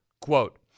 Quote